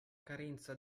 carenza